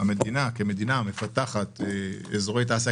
המדינה כמדינה מפתחת אזורי תעשייה.